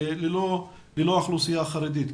ללא האוכלוסייה החרדית.